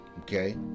Okay